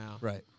right